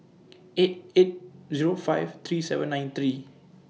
eight eight Zero five three seven nine three